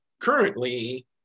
currently